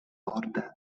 norda